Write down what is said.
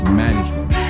management